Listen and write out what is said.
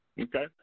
Okay